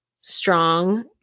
strong